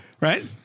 right